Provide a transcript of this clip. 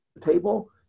table